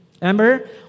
remember